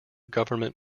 government